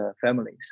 families